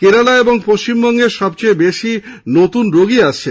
কেরালা এবং পশ্চিমবঙ্গে সবচেয়ে বেশী নতুন রোগী রয়েছেন